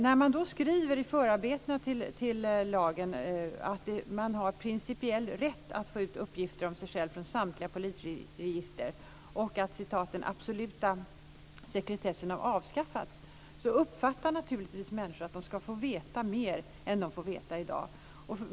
När det i förarbetena till lagen skrivs att man har principiell rätt att få ut uppgifter om sig själv från samtliga polisregister och att den absoluta sekretessen har avskaffats uppfattar naturligtvis människor att de ska få veta mer än de får veta i dag.